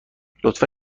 لطفا